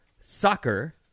soccer